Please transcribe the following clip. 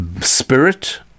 spirit